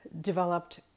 developed